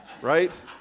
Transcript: right